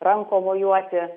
rankom mojuoti